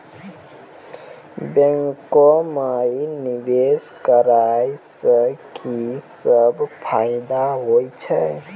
बैंको माई निवेश कराला से की सब फ़ायदा हो छै?